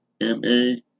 M-A